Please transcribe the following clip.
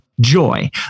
joy